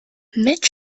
met